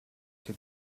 had